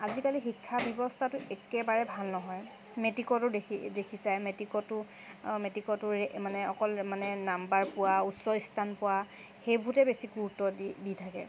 আজিকালি শিক্ষা ব্যৱস্থাটো একেবাৰে ভাল নহয় মেটিকতো দেখিছাই মেটিকতো মেটিকতো মানে অকল মানে নাম্বাৰ পোৱা উচ্চ স্থান পোৱা সেইবোৰতে বেছি গুৰুত্ব দি দি থাকে